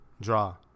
draw